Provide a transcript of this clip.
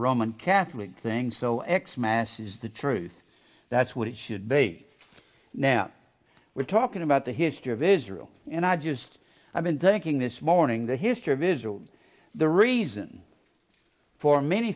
roman catholic thing so x mass is the truth that's what it should be now we're talking about the history of israel and i just i've been thinking this morning the history of israel the reason for many